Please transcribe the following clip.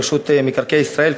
רשות מקרקעי ישראל,